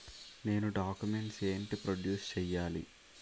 నేను డాక్యుమెంట్స్ ఏంటి ప్రొడ్యూస్ చెయ్యాలి?